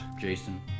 Jason